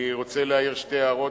אני רוצה להעיר שתי הערות,